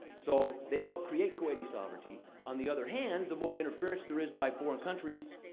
so, they helped create kuwaiti sovereignty. on the other hand, the more interference there is by foreign countries,